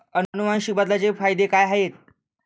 अनुवांशिक बदलाचे फायदे काय आहेत?